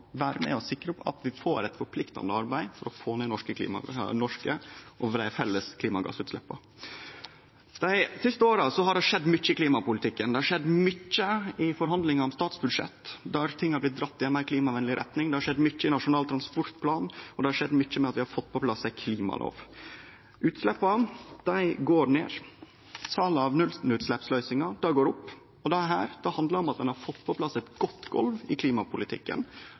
vere med og sikre at vi får eit forpliktande arbeid for å få ned dei norske og dei felles klimagassutsleppa. Dei siste åra har det skjedd mykje i klimapolitikken. Det har skjedd mykje i forhandlingar om statsbudsjett, der ting har blitt dratt i ei meir klimavenleg retning. Det har skjedd mykje i Nasjonal transportplan, og det har skjedd mykje ved at vi har fått på plass ei klimalov. Utsleppa går ned. Salet av nullutsleppsløysingar går opp. Dette handlar om at ein har fått på plass eit godt golv i klimapolitikken,